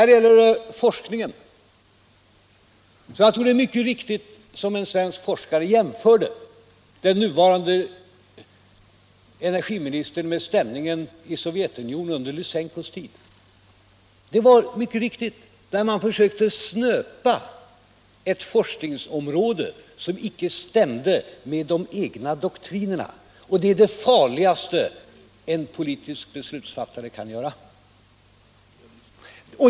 Då det gäller forskningen tror jag att det är mycket riktigt när en svensk forskare jämför den nuvarande energiministern med Lysenko och den stämning som rådde i Sovjetunionen under hans tid. Man försökte snöpa ett forskningsområde som icke stämde med de egna doktrinerna, och det är det farligaste en politisk beslutsfattare kan göra.